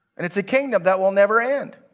and it's a kingdom that will never end.